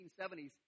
1970s